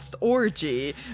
orgy